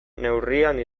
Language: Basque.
neurrian